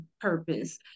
purpose